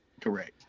Correct